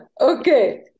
Okay